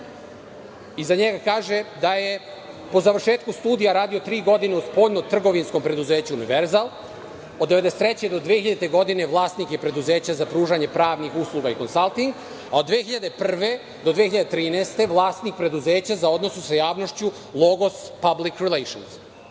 Za njega se kaže da je po završetku studija radio tri godine u spoljnotrgovinskom preduzeću „Univerzal“, od 1993. do 2000. godine vlasnik je preduzeća za pružanje pravnih usluga i konsalting, a od 2001. do 2013. godine vlasnik je preduzeća za odnose sa javnošću „Logos public relations“.